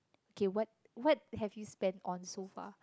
okay what what have you spent on so far